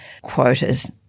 quotas